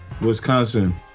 Wisconsin